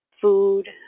food